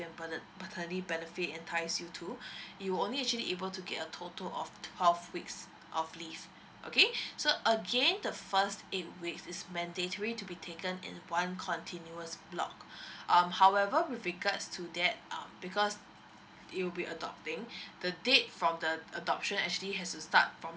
bene~ maternity benefits entice you to you'll only actually able to get a total of twelve weeks of leave okay so again the first eight weeks is mandatory to be taken in one continuous block um however with regards to that err because you'll be adopting the date from the adoption actually has to start from